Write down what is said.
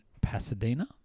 Pasadena